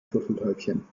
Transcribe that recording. turteltäubchen